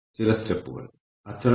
അല്ലെങ്കിൽ യന്ത്രങ്ങൾ പഴയതാണ്